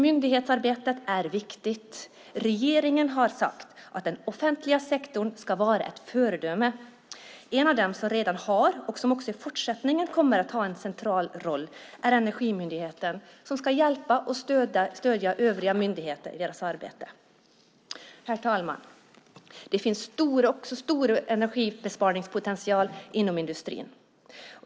Myndighetsarbetet är viktigt. Regeringen har sagt att den offentliga sektorn ska vara ett föredöme. En av dem som redan har och som också i fortsättningen kommer att ha en central roll är Energimyndigheten, som ska hjälpa och stödja övriga myndigheter i deras arbete. Herr talman! Det finns en stor energibesparingspotential inom industrin.